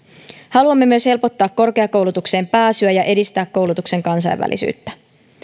haluamme myös helpottaa korkeakoulutukseen pääsyä ja edistää koulutuksen kansainvälisyyttä